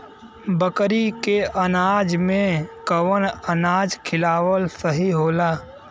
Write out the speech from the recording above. बकरी के अनाज में कवन अनाज खियावल सही होला?